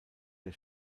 der